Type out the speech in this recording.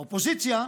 האופוזיציה,